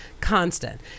Constant